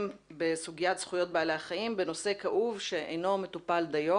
בסוגית זכויות בעלי החיים בנושא כאוב שאינו מטופל דיו,